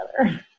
together